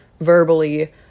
verbally